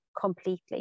completely